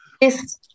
Yes